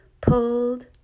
pulled